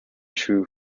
true